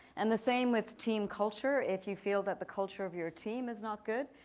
and the same with team culture. if you feel that the culture of your team is not good,